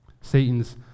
Satan's